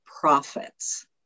profits